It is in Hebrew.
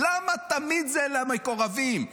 למה תמיד זה למקורבים שלכם?